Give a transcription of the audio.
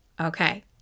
Okay